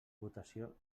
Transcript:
votació